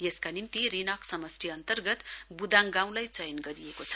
यसका निम्ति रिनाक समष्टि अन्तर्गत बुदाङ गाँउलाई चयन गरिएको छ